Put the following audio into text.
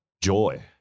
joy